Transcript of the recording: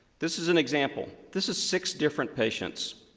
this is an example. this is six different patients.